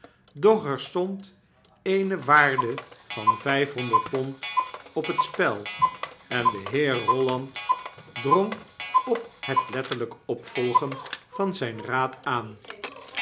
er stond eene waarde van vyfhonderd pond op het spel en de heer bolland drong op het letterlijk opvolgen van zyn raad aan